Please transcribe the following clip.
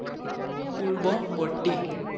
পূৰ্ৱবৰ্তী